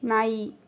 ನಾಯಿ